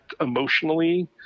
emotionally